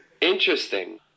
Interesting